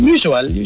Usual